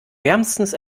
wärmstens